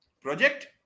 Project